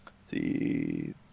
See